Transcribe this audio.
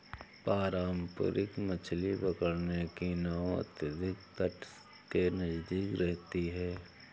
पारंपरिक मछली पकड़ने की नाव अधिकतर तट के नजदीक रहते हैं